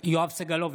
בהצבעה יואב סגלוביץ'